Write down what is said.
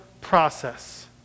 process